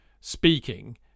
speaking